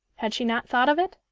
had she not thought of it?